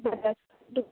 Bajaj card